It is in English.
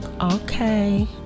okay